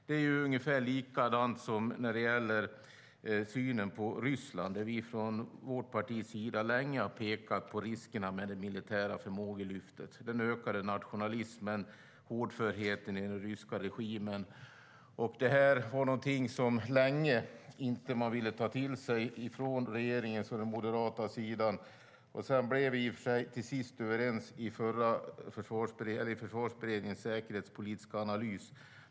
Det är ungefär likadant som när det gäller synen på Ryssland, där vi från vårt partis sida länge har pekat på riskerna med det militära förmågelyftet, den ökade nationalismen, hårdförheten i den ryska regimen. Det ville man länge inte ta till sig från regeringens sida och från den moderata sidan. Till sist blev vi överens i Försvarsberedningens säkerhetspolitiska analys.